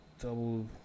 double